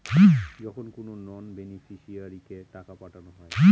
যখন কোনো নন বেনিফিশিয়ারিকে টাকা পাঠানো হয়